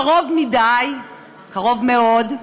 קרוב מדי, קרוב מאוד,